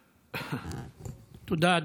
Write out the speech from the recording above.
תודה.